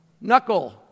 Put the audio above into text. knuckle